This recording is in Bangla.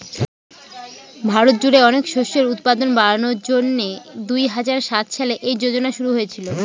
ভারত জুড়ে অনেক শস্যের উৎপাদন বাড়ানোর জন্যে দুই হাজার সাত সালে এই যোজনা শুরু হয়েছিল